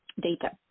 data